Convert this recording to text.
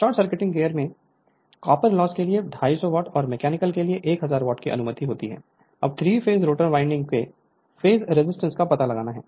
short circuiting gear में copper loss के लिए 250 वाट और मैकेनिकल के लिए 1000 वाट की अनुमति होती है अब 3 फेस रोटर वाइंडिंग के पर फेस रेजिस्टेंस का पता लगाएं